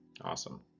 Awesome